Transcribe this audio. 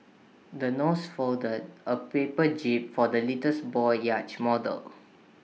the nurse folded A paper jib for the little boy's yacht model